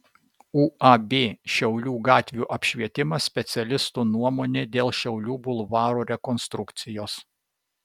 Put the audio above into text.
uab šiaulių gatvių apšvietimas specialistų nuomonė dėl šiaulių bulvaro rekonstrukcijos